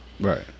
Right